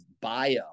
bio